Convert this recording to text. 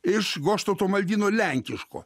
iš goštauto maldyno lenkiško